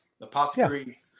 apothecary